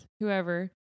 whoever